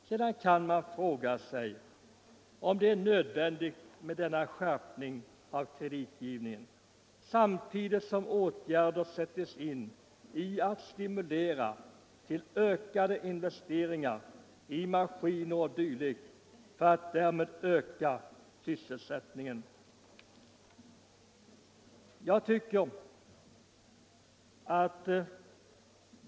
Sedan kan man fråga sig om denna skärpning av kreditgivningen är nödvändig samtidigt som åtgärder sätts in för att stimulera till ökade investeringar i maskiner o. d. för att därmed öka sysselsättningen.